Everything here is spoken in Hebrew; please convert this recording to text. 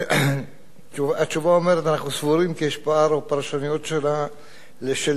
התשובה אומרת: אנחנו סבורים כי יש פער או פרשנות שונה של נתוני